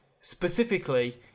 specifically